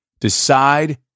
Decide